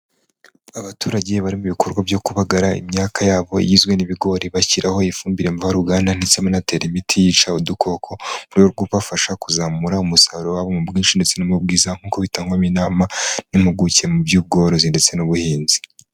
Abaturage bari mu bikorwa byo kubagara imyaka yabo igizwe n'ibigori bashyiraho ifumbire mvaruganda ndetse banatera imiti yica udukoko murwego rwo kubafasha kuzamura umusaruro mu bwinshi ndetse no mu bwiza nk'uko bitangwamo inama n'impuguke mu by'ubworozi ndetse n'ubuhinzi.